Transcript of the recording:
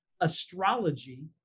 astrology